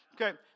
Okay